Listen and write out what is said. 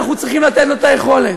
אנחנו צריכים לתת לו את היכולת.